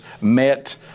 met